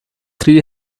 three